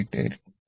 8 ആയിരിക്കും